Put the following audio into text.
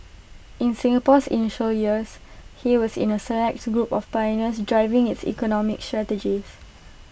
in Singapore's initial years he was in A select group of pioneers driving its economic strategies